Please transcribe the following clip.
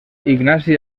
ignasi